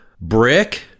brick